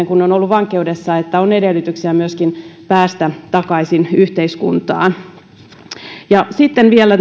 kun on ollut vankeudessa arvioidaan sitten sekin että on edellytyksiä päästä takaisin yhteiskuntaan sitten vielä